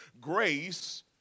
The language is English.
grace